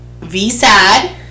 V-SAD